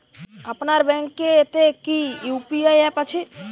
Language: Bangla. আপনার ব্যাঙ্ক এ তে কি ইউ.পি.আই অ্যাপ আছে?